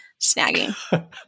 snagging